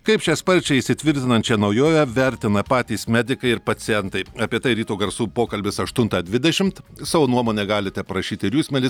kaip šią sparčiai įsitvirtinančią naujovę vertina patys medikai ir pacientai apie tai ryto garsų pokalbisaštuntą dvidešimt savo nuomonę galite parašyti ir jūs mieli